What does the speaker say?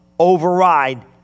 override